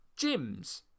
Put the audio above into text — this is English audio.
gyms